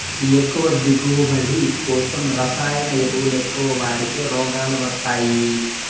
ఎక్కువ దిగువబడి కోసం రసాయన ఎరువులెక్కవ వాడితే రోగాలు వస్తయ్యి